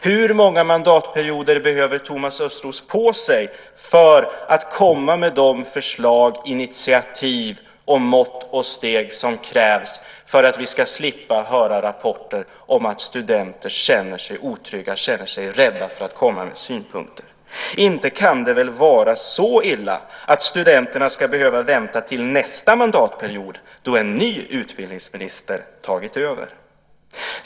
Hur många mandatperioder behöver Thomas Östros på sig för att komma med de förslag, initiativ, mått och steg som krävs för att vi ska slippa höra rapporter om att studenter känner sig otrygga och rädda för att komma med synpunkter? Inte kan det väl vara så illa att studenterna ska behöva vänta till nästa mandatperiod, då en ny utbildningsminister tagit över?